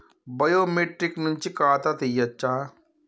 Biometric నుంచి ఖాతా తీయచ్చా?